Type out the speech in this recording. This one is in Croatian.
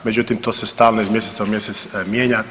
Međutim, to se stalno iz mjeseca u mjesec mijenja.